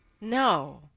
No